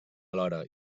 alhora